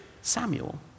Samuel